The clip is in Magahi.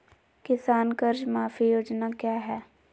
किसान कर्ज माफी योजना क्या है?